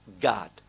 god